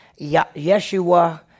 Yeshua